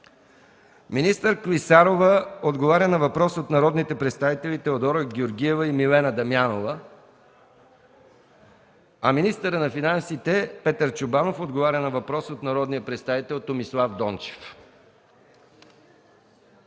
Анелия Клисарова на въпрос от народните представители Теодора Георгиева и Милена Дамянова; - министъра на финансите Петър Чобанов на въпрос от народния представител Томислав Дончев;